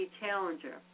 challenger